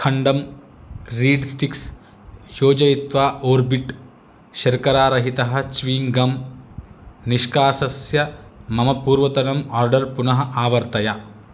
खण्डं रीड्स्टिक्स् योजयित्वा ओर्बिट् शर्करारहितः च्विङ्गम् निष्कास्य मम पूर्वतनम् आर्डर् पुनः आवर्तय